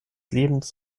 lebens